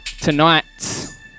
tonight